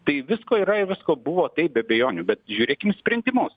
tai visko yra ir visko buvo taip be abejonių bet žiūrėkim į sprendimus